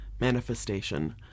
manifestation